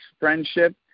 friendship